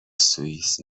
سوئیس